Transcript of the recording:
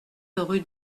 rue